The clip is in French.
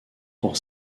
pour